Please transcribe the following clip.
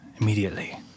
immediately